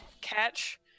catch